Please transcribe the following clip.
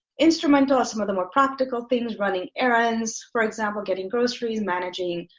instrumental some of the more practical things running errands, for example, getting groceries, managing